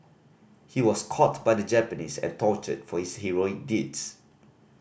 he was caught by the Japanese and tortured for his heroic deeds